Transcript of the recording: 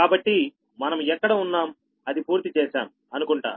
కాబట్టిమనం ఎక్కడ ఉన్నాం అది పూర్తి చేశాము అనుకుంటా